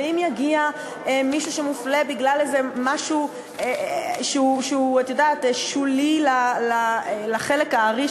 ואם יגיע מישהו שמופלה בגלל משהו שהוא שולי לחלק הארי,